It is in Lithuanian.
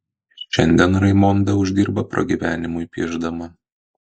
šiandien raimonda uždirba pragyvenimui piešdama